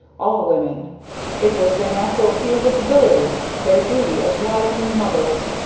all women it was their natural field of ability, their duty as wives and mothers.